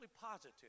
positive